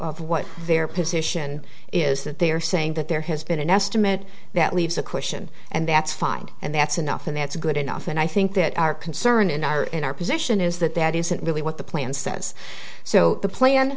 of what their position is that they are saying that there has been an estimate that leaves a question and that's fine and that's enough and that's good enough and i think that our concern in our in our position is that that isn't really what the plan says so the plan